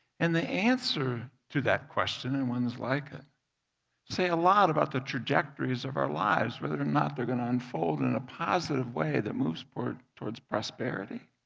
and the answer to that question and ones like it say a lot about the trajectories of our lives whether or not they' re going to unfold in a positive way that moves toward, towards prosperity,